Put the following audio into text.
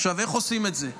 עכשיו, איך עושים את זה?